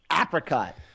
apricot